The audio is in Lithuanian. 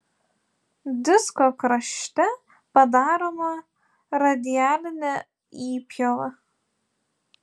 disko krašte padaroma radialinė įpjova